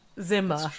zimmer